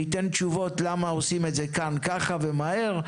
וייתן תשובות למה עושים את זה כאן כך ומהר,